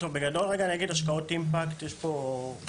בגדול רגע אני אגיד, השקעות אימפקט יש פה איזשהו,